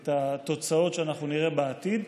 את התוצאות שאנחנו נראה בעתיד.